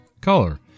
Color